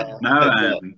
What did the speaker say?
No